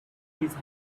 his